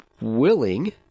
willing